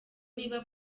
niba